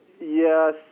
Yes